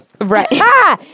Right